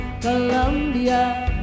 Columbia